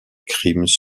crimes